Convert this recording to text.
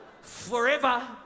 Forever